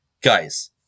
guys